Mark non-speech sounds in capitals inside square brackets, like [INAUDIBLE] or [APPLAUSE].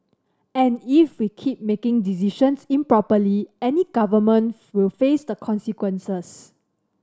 and if we keep making decisions improperly any government [UNINTELLIGIBLE] will face the consequences